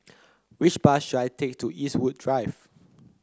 which bus should I take to Eastwood Drive